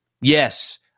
Yes